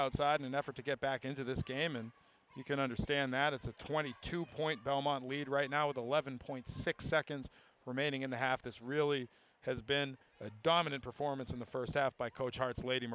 outside in an effort to get back into this game and you can understand that it's a twenty two point belmont lead right now with eleven point six seconds remaining in the half this really has been a dominant performance in the first half by coach hart's lady